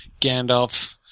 Gandalf